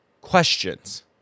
questions